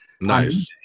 Nice